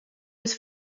was